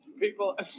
people